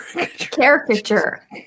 caricature